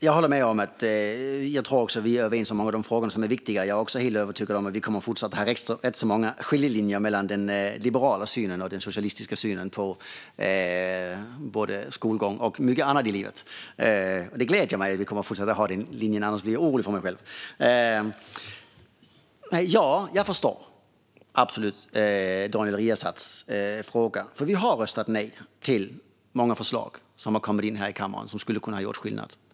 Fru talman! Jag tror också att vi är överens i många av de frågor som är viktiga. Jag är också helt övertygad om att vi kommer att fortsätta ha rätt många skiljelinjer mellan den liberala synen och den socialistiska synen på både skolgång och mycket annat i livet. Det gläder mig också, för annars skulle jag bli orolig för mig själv. Jag förstår absolut Daniel Riazats fråga. Vi har röstat nämligen nej här i kammaren till många förslag som hade kunnat göra skillnad.